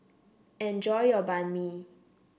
enjoy your Banh Mi